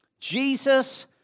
Jesus